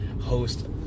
host